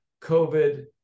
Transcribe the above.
COVID